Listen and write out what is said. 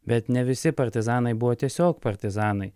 bet ne visi partizanai buvo tiesiog partizanai